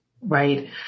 right